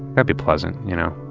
but be pleasant, you know?